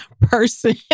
person